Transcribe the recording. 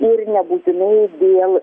ir nebūtinai dėl